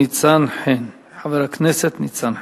חבר הכנסת ניצן חן.